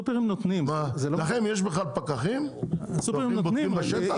לכם יש בכלל פקחים שבודקים בשטח?